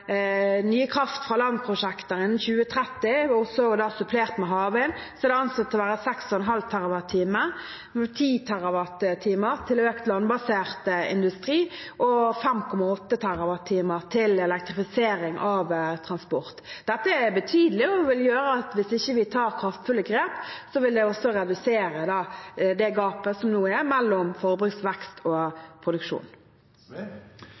nye kraft fra land-prosjekter innen 2030, også supplert med havvind, er det ansett til å være 6,5 TWh, 10 TWh til økt landbasert industri og 5,8 TWh til elektrifisering av transport. Dette er betydelig og vil gjøre at hvis vi ikke tar kraftfulle grep, vil det også redusere det gapet som nå er mellom forbruksvekst